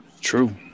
True